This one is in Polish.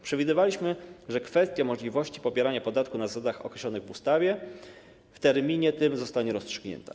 Przewidywaliśmy, że kwestia możliwości pobierania podatku na zasadach określonych w ustawie w terminie tym zostanie rozstrzygnięta.